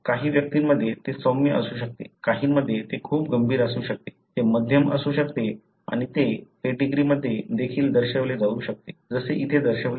काही व्यक्तींमध्ये ते सौम्य असू शकते काहींमध्ये ते खूप गंभीर असू शकते ते मध्यम असू शकते आणि ते पेडीग्रीमध्ये देखील दर्शविले जाऊ शकते जसे इथे दर्शविले आहे